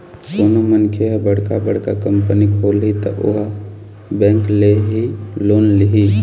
कोनो मनखे ह बड़का बड़का कंपनी खोलही त ओहा बेंक ले ही लोन लिही